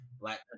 black